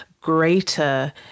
greater